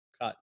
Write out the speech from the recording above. cut